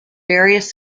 various